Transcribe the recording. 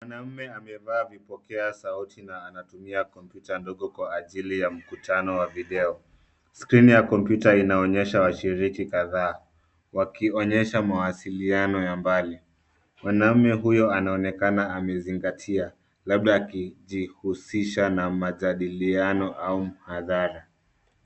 Mwanaume amevaa vipokea sauti na anatumia kompyuta ndogo kwa ajili ya mkutano wa video. Skrini ya kompyuta inaonyesha washiriki kadhaa wakionyesha mawasiliano ya mbali. Mwanaume huyo anaonekana amezingatia labda akijihusisha na majadiliano au mhadhara.